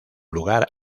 lugar